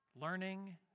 learning